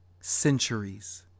centuries